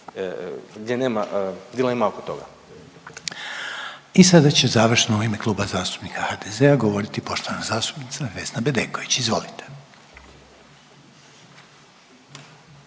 **Reiner, Željko (HDZ)** I sada će završno u ime Kluba zastupnika HDZ-a govoriti poštovana zastupnica Vesna Bedeković. Izvolite.